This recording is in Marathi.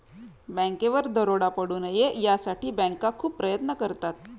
बँकेवर दरोडा पडू नये यासाठी बँका खूप प्रयत्न करतात